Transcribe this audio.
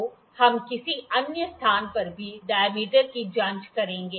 तो हम किसी अन्य स्थान पर भी डायमीटर की जांच करेंगे